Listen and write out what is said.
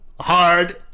hard